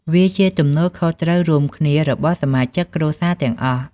វាជាទំនួលខុសត្រូវរួមគ្នារបស់សមាជិកគ្រួសារទាំងអស់។